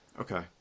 Okay